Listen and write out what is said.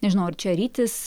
nežinau ar čia rytis